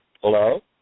Hello